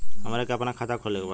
हमरा के अपना खाता खोले के बा?